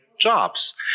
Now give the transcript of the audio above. jobs